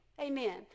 Amen